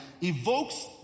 evokes